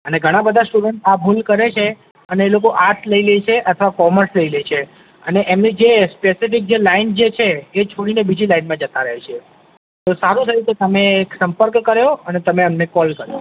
અને ઘણા બધા સ્ટુડન્ટ આ ભૂલ કરે છે અને એ લોકો આર્ટસ લઇ લે છે અથવા કોમર્સ લઇ લે છે અને એમની જે સ્પેસિફિક જે લાઈન જે છે એ છોડીને બીજી લાઈનમાં જતા રહે છે તો સારું થયું કે તમે સંપર્ક કર્યો અને તમે અમને કોલ કર્યો